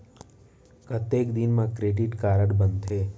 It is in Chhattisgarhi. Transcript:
कतेक दिन मा क्रेडिट कारड बनते?